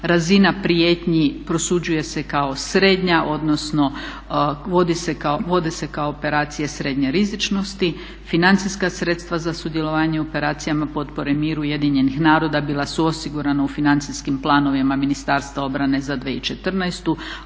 razina prijetnji prosuđuje se kao srednja odnosno, vode se kao operacije srednje rizičnosti, financijska sredstva za sudjelovanje u operacijama potpore miru Ujedinjenih naroda bila su osigurana u financijskim planovima Ministarstva obrane za 2014.